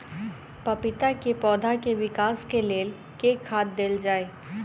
पपीता केँ पौधा केँ विकास केँ लेल केँ खाद देल जाए?